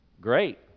Great